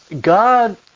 God